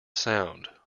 sound